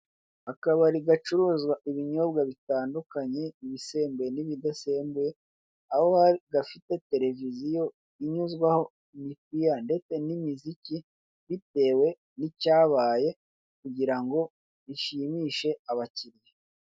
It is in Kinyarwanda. Akabari gacuruza ibinyobwa bitandukanye ibisembuye n'ibidasembuye aho gafite tereviziyo inyuzwaho imipira ndetse n'imiziki bitewe n'icyabaye kugirango bishimishe bakiriya.